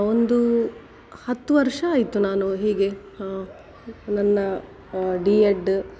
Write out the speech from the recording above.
ಒಂದು ಹತ್ತು ವರ್ಷ ಆಯಿತು ನಾನು ಹೀಗೆ ನನ್ನ ಡಿ ಎಡ್